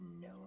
no